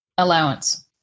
Allowance